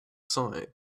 side